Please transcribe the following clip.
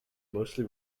mostly